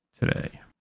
today